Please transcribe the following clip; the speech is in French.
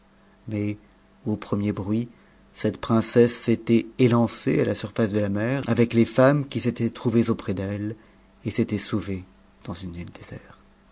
mais au premier bruit cette princesse s'était élancée à la surface de la mer avec les femmes qui s'étaienttrouvées auprès d'cde et s'était sauvée dans une c d